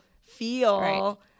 feel